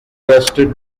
crested